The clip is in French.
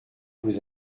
vos